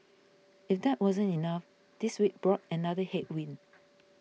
if that wasn't enough this week brought another headwind